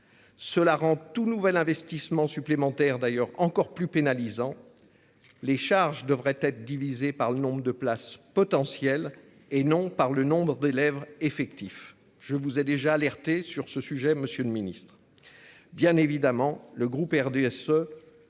Cela rend tout nouvel investissement supplémentaire d'ailleurs encore plus pénalisant. Les charges devraient être divisée par le nombre de places potentielles et non par le nombre d'élèves. Effectif. Je vous ai déjà alerté sur ce sujet, Monsieur le Ministre.